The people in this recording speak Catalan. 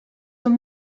són